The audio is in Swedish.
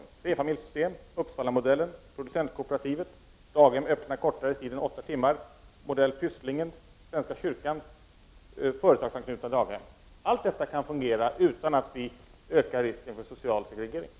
Jag har talat om trefamiljssystem, Uppsalamodellen, producentkooperativen, daghem öppna kortare tid än åtta timmar, modell Pysslingen, svenska kyrkans daghem och företagsanknutna daghem — allt detta kan fungera utan att vi ökar risken för social segregering.